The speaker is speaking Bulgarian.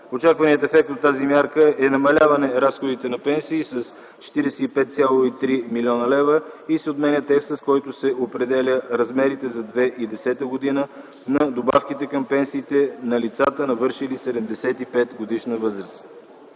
Окончателният ефект от тази мярка е намаляване разходите на пенсии с 45,3 млн. лв. и се отменя текстът, с който се определят размерите за 2010 г. на добавките към пенсиите на лицата, навършили 75-годишна възраст.